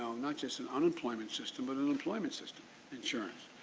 not just and unemployment system but and employment system insurance.